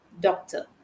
doctor